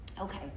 Okay